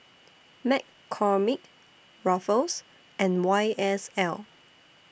McCormick Ruffles and Y S L